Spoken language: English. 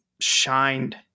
shined